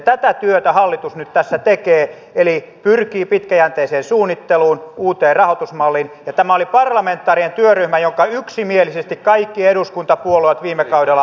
tätä työtä hallitus nyt tässä tekee eli pyrkii pitkäjänteiseen suunnitteluun uuteen rahoitusmalliin ja tämä oli parlamentaarinen työryhmä jonka työn yksimielisesti kaikki eduskuntapuolueet viime kaudella allekirjoittivat